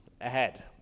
ahead